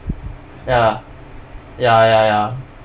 ya ya ya ya